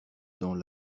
dans